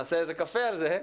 נעשה איזה קפה על זה.